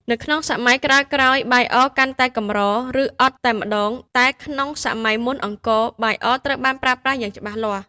នៅក្នុងសម័យក្រោយៗ បាយអរកាន់តែកម្រ ឬអត់តែម្តង តែក្នុងសម័យមុនអង្គរ បាយអរត្រូវបានប្រើប្រាស់យ៉ាងច្បាស់លាស់។